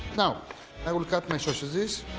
so i will cut my sausages